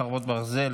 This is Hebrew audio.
(שמירת חומר ארכיוני בידי עורך דין),